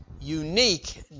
unique